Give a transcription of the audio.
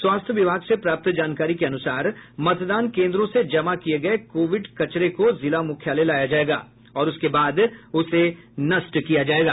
स्वास्थ्य विभाग से प्राप्त जानकारी के अनुसार मतदान केन्द्रों से जमा किये गये कोविड कचरा को जिला मुख्यालय लाया जायेगा और उसके बाद उसे नष्ट किया जायेगा